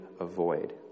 avoid